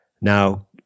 Now